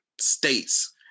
States